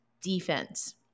defense